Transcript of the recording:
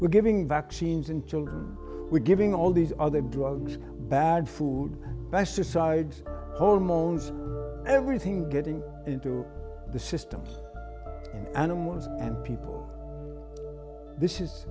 we're giving vaccines in children we're giving all these other drugs bad food prices side homeowners everything getting into the systems in animals and people this is